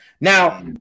Now